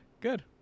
good